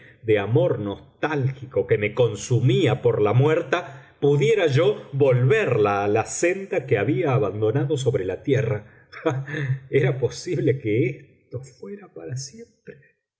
del ardor nostálgico que me consumía por la muerta pudiera yo volverla a la senda que había abandonado sobre la tierra